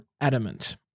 Adamant